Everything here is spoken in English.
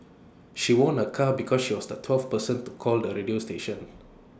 she won A car because she was the twelfth person to call the radio station